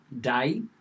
day